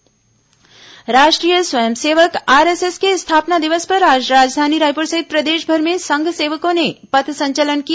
RSS स्थापना दिवस राष्ट्रीय स्वयं सेवक आरएसएस के स्थापना दिवस पर आज राजधानी रायपुर सहित प्रदेशभर में संघ सेवकों ने पथ संचलन किया